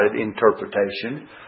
interpretation